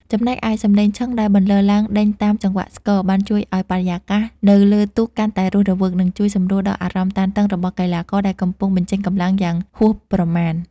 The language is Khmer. ចំណែកឯសំឡេងឈឹងដែលបន្លឺឡើងដេញតាមចង្វាក់ស្គរ បានជួយឱ្យបរិយាកាសនៅលើទូកកាន់តែរស់រវើក និងជួយសម្រួលដល់អារម្មណ៍តានតឹងរបស់កីឡាករដែលកំពុងបញ្ចេញកម្លាំងយ៉ាងហួសប្រមាណ។